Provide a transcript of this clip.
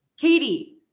Katie